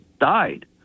died